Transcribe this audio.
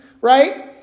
right